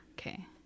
Okay